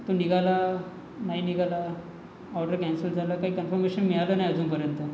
तो निघाला नाही निघाला ऑर्डर कॅन्सल झालं काही कन्फर्मेशन मिळालं नाही अजूनपर्यंत